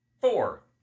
Four